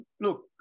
Look